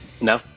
No